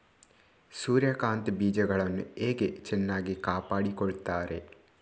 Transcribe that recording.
ಸೂರ್ಯಕಾಂತಿ ಬೀಜಗಳನ್ನು ಹೇಗೆ ಚೆನ್ನಾಗಿ ಕಾಪಾಡಿಕೊಳ್ತಾರೆ?